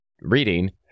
reading